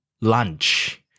lunch